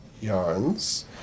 yarns